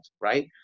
right